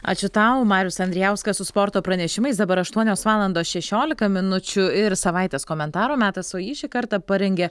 ačiū tau marius andrijauskas su sporto pranešimais dabar aštuonios valando šešiolika minučių ir savaitės komentaro metas o jį šį kartą parengė